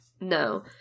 No